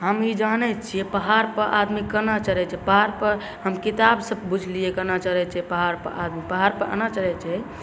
हम ई जानै छिए पहाड़पर आदमी कोना चढ़ै छै पहाड़पर हम किताबसँ बुझलिए कोना चढ़ै छै पहाड़पर आदमी पहाड़पर एना चढ़ै छै